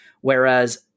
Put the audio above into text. whereas